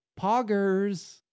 poggers